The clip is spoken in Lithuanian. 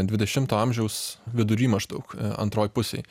dvidešimto amžiaus vidury maždaug antroj pusėj